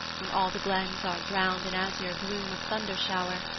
when all the glens are drowned in azure gloom of thunder-shower,